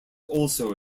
also